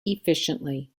efficiently